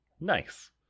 Nice